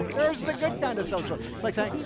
where is the good kind of social? it's like saying,